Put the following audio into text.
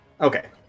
okay